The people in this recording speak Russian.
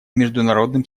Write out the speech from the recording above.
международным